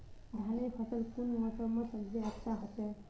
धानेर फसल कुन मोसमोत सबसे अच्छा होचे?